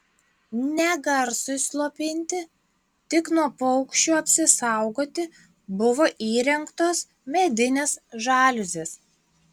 ne garsui slopinti tik nuo paukščių apsisaugoti buvo įrengtos medinės žaliuzės